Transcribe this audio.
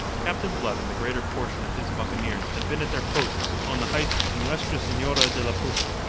captain blood and the greater portion of his buccaneers had been at their post on the heights of nuestra senora de la poupa,